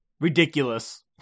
Ridiculous